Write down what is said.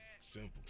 Simple